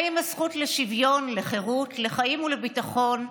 האם הזכות לשוויון, לחירות, לחיים, לביטחון,